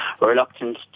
reluctant